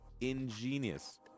ingenious